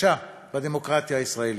וקשה בדמוקרטיה הישראלית.